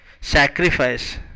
sacrifice